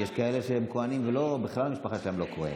יש כאלה שהם כוהנים ובכלל שם המשפחה שלהם לא כהן.